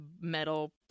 metal